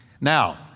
Now